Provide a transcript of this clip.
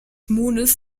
mondes